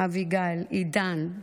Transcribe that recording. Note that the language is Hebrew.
אביגיל עידן,